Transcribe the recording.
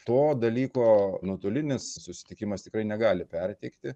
to dalyko nuotolinis susitikimas tikrai negali perteikti